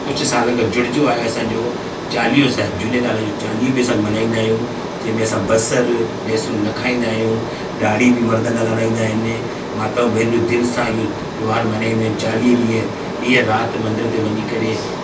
कुझु सालनि खां जुड़िजो आहे असांजो चालीहो साहिबु झूलेलाल जो चालीहो बि असां मल्हाईंदा आहियूं जंहिं में असां बसरु लहसुन न खाईंदा आहियूं ॾाढ़ी बि मर्द न लाराहींदा आहिनि माताऊं भेनरूं दिलि सां इहो त्योहारु मल्हाईंदियूं आहिनि चालीह ॾींहं ॾींहुं राति मंदर ते वञी करे